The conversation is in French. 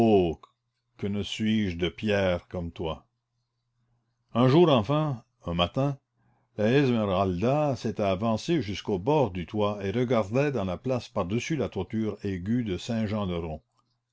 que ne suis-je de pierre comme toi un jour enfin un matin la esmeralda s'était avancée jusqu'au bord du toit et regardait dans la place par-dessus la toiture aiguë de